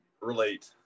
relate